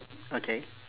okay